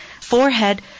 forehead